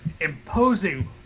imposing